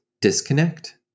disconnect